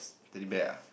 pretty bad ah